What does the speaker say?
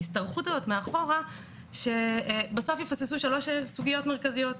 מההשתרכות הזאת מאחורה שבסוף יפספסו שלוש סוגיות מרכזיות.